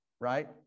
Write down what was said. right